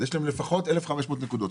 יש להם לפחות 1,500 נקודות.